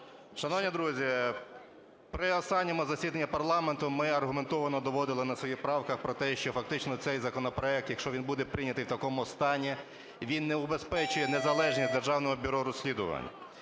Шановні друзі! При останньому засіданні парламенту ми аргументовано доводили на своїх правках про те, що фактично цей законопроект, якщо він буде прийнятий в такому стані, він не убезпечує незалежність Державного бюро розслідувань.